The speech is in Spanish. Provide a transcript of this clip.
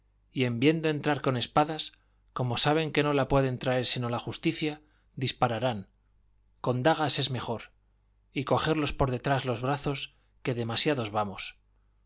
y en viendo entrar con espadas como saben que no la puede traer sino la justicia dispararán con dagas es mejor y cogerlos por detrás los brazos que demasiados vamos